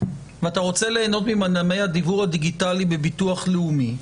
ואתה רוצה ליהנות ממנעמי הדיוור הדיגיטלי בביטוח לאומי,